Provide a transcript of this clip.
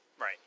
Right